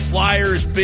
Flyers